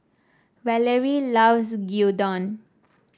Valarie loves Gyudon